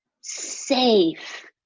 safe